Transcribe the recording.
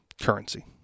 currency